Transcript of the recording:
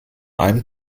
einem